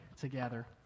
together